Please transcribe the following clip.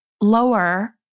lower